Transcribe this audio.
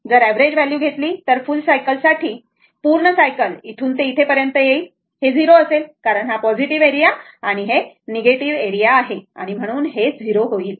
जर average value घेतली तर फुल सायकल साठी पूर्ण सायकल इथून ते इथे पर्यंत येईल हे 0 असेल कारण हा पॉझिटिव्ह एरिया आणि हा निगेटिव एरिया आहे म्हणून हे 0 होईल